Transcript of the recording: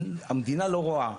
המדינה לא רואה,